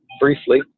briefly